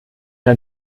ein